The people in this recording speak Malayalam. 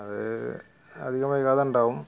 അത് അധികം വൈകാതെ ഉണ്ടാകും